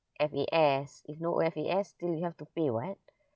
F_A_S if no F_A_S still you have to pay [what]